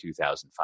2005